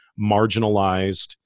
marginalized